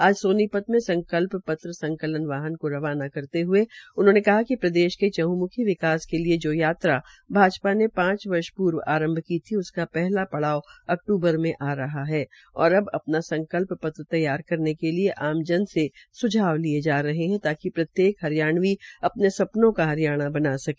आज सोनीपत में संकल्प पत्र संकलन वाहन को रवाना करते हये उन्होंने कहा कि प्रदेश के चहमुंखी विकास के लिए जो यात्रा भाजपा ने पांच वर्षपूर्व आरंभ की थी उसका पहला पड़ाव अक्तूबर में आ रहा है और अब अपना संकप्ल पत्र तैयार करने के लिए आमन से सुझाव लिए जा रहे है ताकि प्रत्येक हरियाणवी अपने सपनों का हरियाणा बना सके